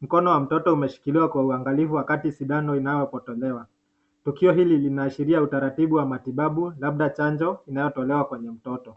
Mkono wa mtoto umeshikiliwa kwa uangalifu wakati sindano inapotolewa. Tukio hili linaashiria utaratibu wa matibabu labda chanjo inayotolewa kwenye mtoto.